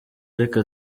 reka